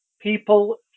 people